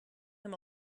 him